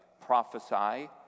prophesy